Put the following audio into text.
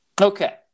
Okay